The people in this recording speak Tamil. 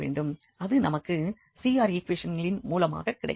அது நமக்கு CR ஈக்குவேஷன்களின் மூலமாக கிடைக்கும்